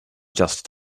just